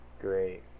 Great